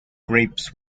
grapes